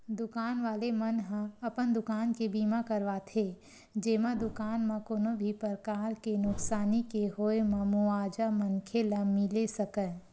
दुकान वाले मन ह अपन दुकान के बीमा करवाथे जेमा दुकान म कोनो भी परकार ले नुकसानी के होय म मुवाजा मनखे ल मिले सकय